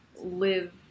live